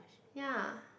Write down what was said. ya